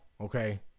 okay